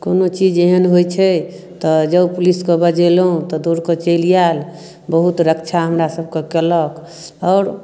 कोनो चीज एहन होइ छै तऽ जब पुलिसके बजेलहुँ तऽ दौड़कऽ चलि आयल बहुत रक्षा हमरा सबके कयलक आओर